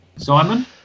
Simon